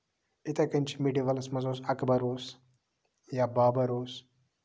یِتھٕے کٔنۍ چھِ مِڈیوَلَس منٛز اوس اَکبر اوس یا بابر اوس